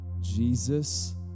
Jesus